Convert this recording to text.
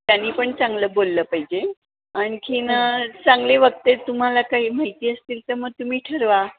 त्यांनी पण चांगलं बोललं पाहिजे आणखी चांगले वक्ते तुम्हाला काही माहिती असतील तर मग तुम्ही ठरवा